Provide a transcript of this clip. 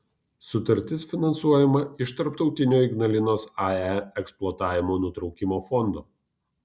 sutartis finansuojama iš tarptautinio ignalinos ae eksploatavimo nutraukimo fondo